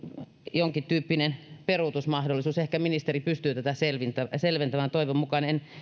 jonkintyyppinen peruutusmahdollisuus ehkä ministeri pystyy tätä selventämään toivon mukaan en